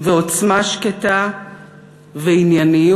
ועוצמה שקטה וענייניות